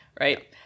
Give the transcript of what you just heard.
right